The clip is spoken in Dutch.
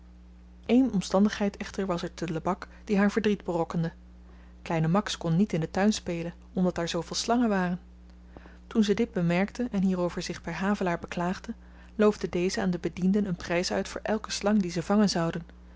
eén omstandigheid echter was er te lebak die haar verdriet berokkende kleine max kon niet in den tuin spelen omdat daar zooveel slangen waren toen ze dit bemerkte en hierover zich by havelaar beklaagde loofde deze aan de bedienden een prys uit voor elke slang die ze vangen zouden